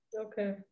Okay